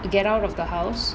get out of the house